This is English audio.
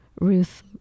ruth